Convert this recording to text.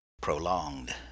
prolonged